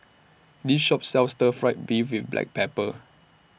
This Shop sells Stir Fry Beef with Black Pepper